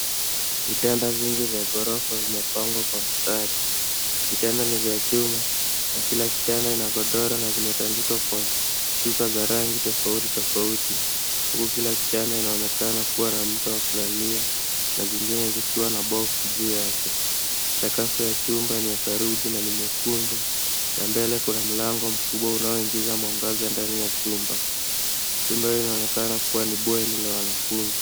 Vitanda vingi vya gorofa vimepangwa kwa mstari. Vitanda ni vya chuma na kila kitanda ina godoro na zimetandikwa kwa shuka za rangi tofauti tofauti huku kila kitanda inaonekana kuwa na mto wa kulalia na zingine zikiwa na box juu yake. Sakafu ya chumba ni yenye saruji na ni nyekundu na mbele kuna mlango mkubwa unaoingiza mwangaza ndani ya chumba. Chumba hio inaonekana kuwa ni bweni la wanafunzi.